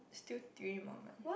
still three more months